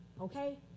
okay